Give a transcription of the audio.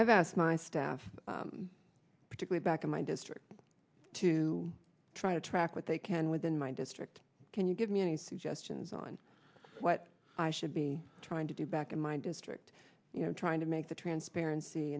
i've asked my staff particular back in my district to try to track what they can within my district can you give me any suggestions on what i should be trying to do back in my district you know trying to make the transparency